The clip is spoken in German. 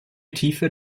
tiefe